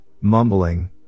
mumbling